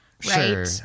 Sure